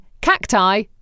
cacti